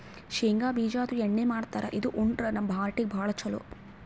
ಶೇಂಗಾ ಬಿಜಾದು ಎಣ್ಣಿ ಮಾಡ್ತಾರ್ ಇದು ಉಂಡ್ರ ನಮ್ ಹಾರ್ಟಿಗ್ ಭಾಳ್ ಛಲೋ